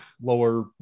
lower